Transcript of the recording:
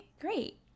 great